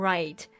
Right